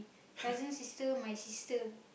cousin's sister my sister